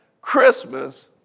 Christmas